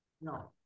No